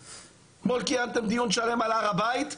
אתמול קיימתם דיון שלם על הר הבית,